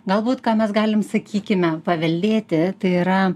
galbūt ką mes galim sakykime paveldėti tai yra